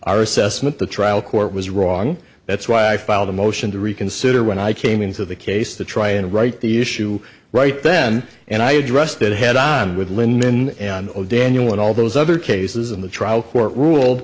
our assessment the trial court was wrong that's why i filed a motion to reconsider when i came into the case to try and write the issue right then and i addressed it head on with lin daniel and all those other cases in the trial court ruled